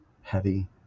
heavy